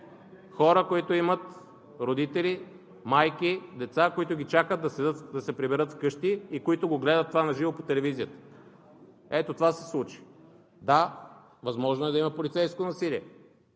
хора, които имат родители, майки, деца, които ги чакат да се приберат вкъщи и които гледат това на живо по телевизията – ето, това се случи. Да, възможно е да има полицейско насилие,